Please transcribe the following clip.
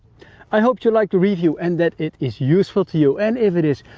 i hoped you liked the review, and that it is useful to you. and if it is,